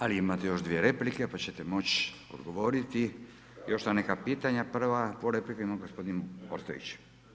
Ali, imate još 2 replike, pa ćete moći odgovoriti, još na neka pitanja, prva, prvu repliku ima gospodin Ostojić.